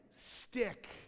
stick